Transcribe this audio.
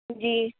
جی